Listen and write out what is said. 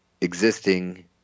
existing